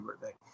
birthday